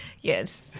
Yes